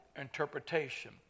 interpretation